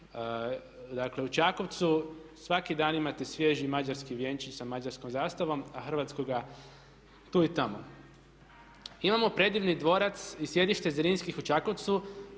praunuku u Čakovcu svaki dan imate svježi mađarski vjenčić sa mađarskom zastavom, a hrvatskoga tu i tamo. Imamo predivni dvorac i sjedište Zrinskih u Čakovcu